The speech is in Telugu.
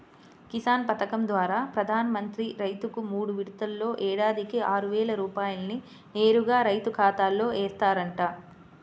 కిసాన్ పథకం ద్వారా ప్రధాన మంత్రి రైతుకు మూడు విడతల్లో ఏడాదికి ఆరువేల రూపాయల్ని నేరుగా రైతు ఖాతాలో ఏస్తారంట